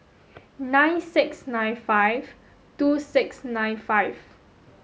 nine six nine five two six nine five